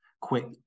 quick